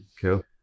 Cool